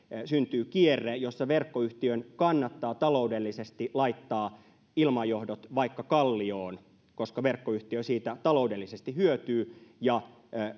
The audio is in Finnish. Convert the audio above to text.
syntyy kierre jossa verkkoyhtiön kannattaa taloudellisesti laittaa ilmajohdot vaikka kallioon koska verkkoyhtiö siitä taloudellisesti hyötyy ja